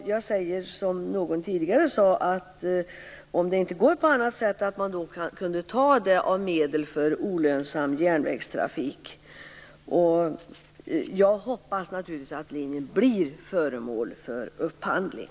Jag säger som någon sade tidigare att man kanske kunde ta det av medlen för olönsam järnvägstrafik om det inte går på annat sätt. Jag hoppas naturligtvis att linjen blir föremål för upphandling.